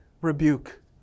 rebuke